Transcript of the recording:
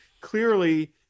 clearly